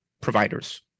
providers